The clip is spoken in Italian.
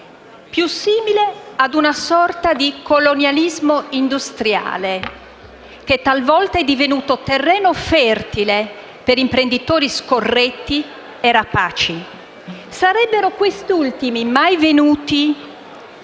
più simile a una sorta di colonialismo industriale, che talvolta è divenuto terreno fertile per imprenditori scorretti e rapaci. Sarebbero questi ultimi mai venuti